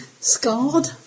Scarred